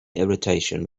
irritation